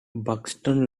buxton